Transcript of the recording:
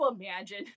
imagine